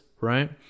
right